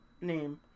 name